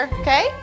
okay